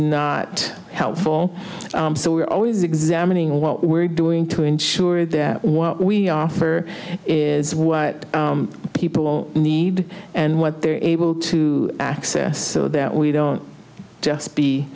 not helpful so we're always examining what we're doing to ensure that what we offer is what people need and what they're able to access that we don't just be